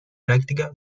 práctica